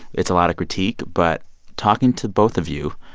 it's a lot of critique. but talking to both of you,